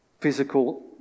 physical